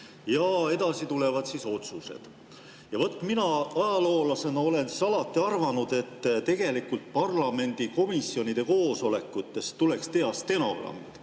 Ja edasi tulevad otsused. Mina ajaloolasena olen alati arvanud, et tegelikult parlamendi komisjonide koosolekutest tuleks teha stenogramm.